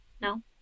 No